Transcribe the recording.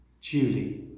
Julie